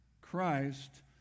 Christ